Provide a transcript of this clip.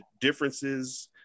differences